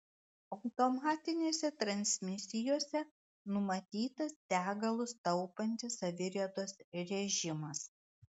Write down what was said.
automatinėse transmisijose numatytas degalus taupantis saviriedos režimas